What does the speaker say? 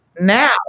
Now